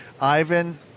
Ivan